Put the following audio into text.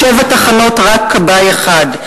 בשבע תחנות רק כבאי אחד.